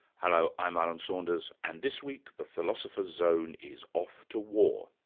hello, i'm alan saunders and this week the philosopher's zone is off to war.